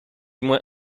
moins